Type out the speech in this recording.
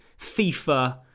FIFA